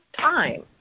time